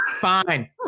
Fine